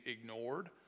ignored